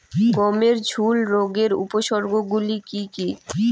গমের ঝুল রোগের উপসর্গগুলি কী কী?